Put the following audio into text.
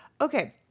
Okay